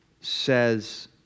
says